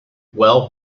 well